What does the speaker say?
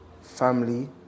family